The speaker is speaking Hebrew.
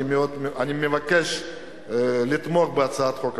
אני מבקש לתמוך בהצעת החוק הזאת.